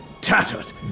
tattered